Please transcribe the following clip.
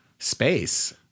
Space